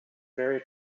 very